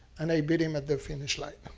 and i beat him at the finish line.